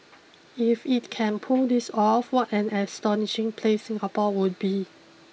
if it can pull this off what an astonishing place Singapore would be